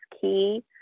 key